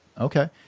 Okay